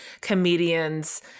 comedians